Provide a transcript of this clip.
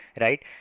Right